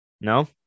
No